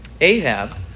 Ahab